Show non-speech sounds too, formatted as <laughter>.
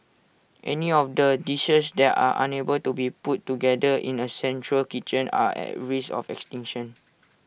any of the dishes that are unable to be put together in A central kitchen are at risk of extinction <noise>